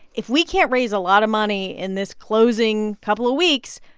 if we can't raise a lot of money in this closing couple of weeks,